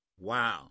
wow